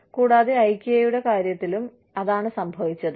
കൂടാതെ ഐകിയയുടെ കാര്യത്തിലും അതാണ് സംഭവിച്ചത്